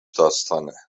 داستانه